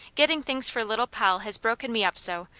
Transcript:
getting things for little poll has broken me up so,